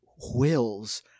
Wills